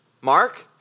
Mark